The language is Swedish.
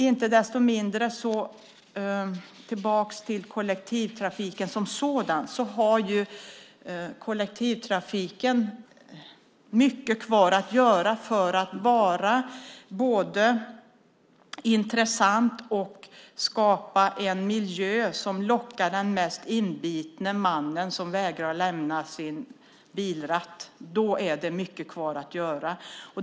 För att gå tillbaka till kollektivtrafiken som sådan så har ju kollektivtrafiken mycket kvar att göra för att både vara intressant och skapa en miljö som lockar den mest inbitne mannen som vägrar att lämna sin bilratt. Då är det mycket kvar att göra.